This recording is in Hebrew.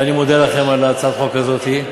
ואני מודה לכם על הצעת החוק הזאת,